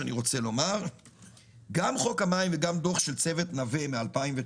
גם חוק המים וגם דוח של צוות נווה מ-2019